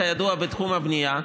כידוע בתחום הבנייה,